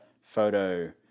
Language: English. photo